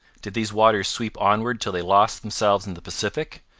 did these waters sweep onward till they lost themselves in the pacific,